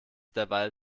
derweil